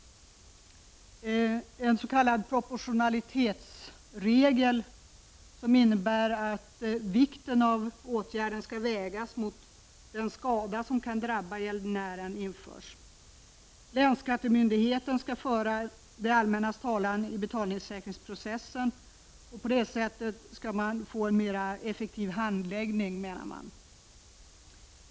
En s.k. proportionalitetsregel, som innebär att vikten av åtgärder skall vägas mot den skada som kan drabba gäldenären, införs. Länsskattemyndigheten skall föra det allmännas talan i betalningssäkringsprocessen, och på det sättet skall handläggningen bli mer effektiv.